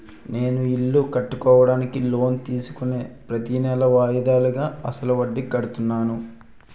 నేను ఇల్లు కట్టుకోడానికి లోన్ తీసుకుని ప్రతీనెలా వాయిదాలుగా అసలు వడ్డీ కడుతున్నాను